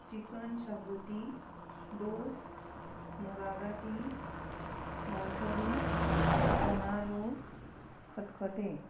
chicken xacuti दोस मुगा गाटी सोलकडी चनारोस खतखतें